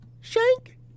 shank